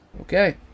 Okay